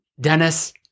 Dennis